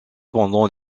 pendant